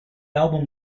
album